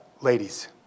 ladies